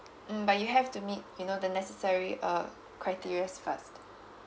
mm but you have to meet you know the necessary uh criterias first